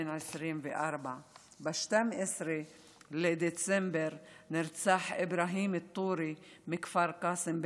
בן 24. ב-12 בדצמבר נרצח איברהים אלטורי מכפר קאסם,